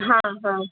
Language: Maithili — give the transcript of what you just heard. हँ हँ